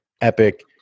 epic